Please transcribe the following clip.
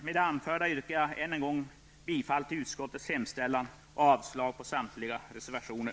Med det anförda yrkar jag än en gång bifall till utskottets hemställan och avslag på samtliga reservationer.